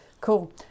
Cool